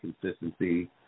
consistency